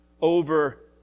over